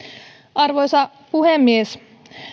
arvoisa puhemies